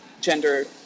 gender